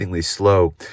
slow